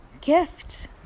gift